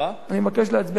אני מבקש להצביע על החוק עכשיו.